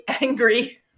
angry